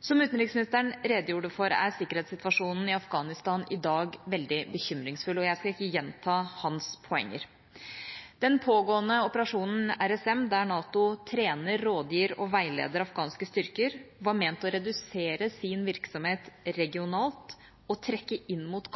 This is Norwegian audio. Som utenriksministeren redegjorde for, er sikkerhetssituasjonen i Afghanistan i dag veldig bekymringsfull, og jeg skal ikke gjenta hans poenger. Den pågående operasjon RSM, der NATO trener, rådgir og veileder afghanske styrker, var ment å redusere sin virksomhet regionalt og trekke inn mot